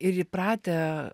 ir įpratę